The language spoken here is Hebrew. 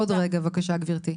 עוד רגע בבקשה גברתי.